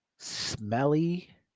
smelly